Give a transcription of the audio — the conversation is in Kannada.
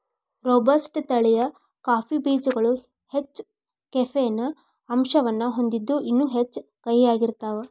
ರೋಬಸ್ಟ ತಳಿಯ ಕಾಫಿ ಬೇಜಗಳು ಹೆಚ್ಚ ಕೆಫೇನ್ ಅಂಶವನ್ನ ಹೊಂದಿದ್ದು ಇನ್ನೂ ಹೆಚ್ಚು ಕಹಿಯಾಗಿರ್ತಾವ